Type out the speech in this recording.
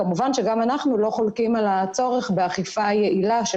כמובן שגם אנחנו לא חולקים על הצורך באכיפה יעילה של